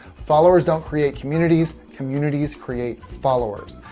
followers don't create communities. communities create followers.